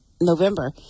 November